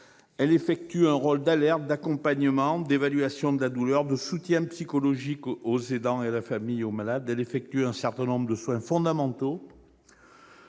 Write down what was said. Elle joue un rôle d'alerte, d'accompagnement, d'évaluation de la douleur, de soutien psychologique aux malades, aux aidants et à la famille. Elle effectue un certain nombre de soins fondamentaux